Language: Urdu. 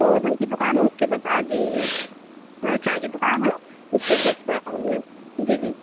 تو دہی کی دُکان ہے اُس کے بس آگے ہی ہے چائے کی دُکان ہے اُس کے جسٹ برابر میں جی جی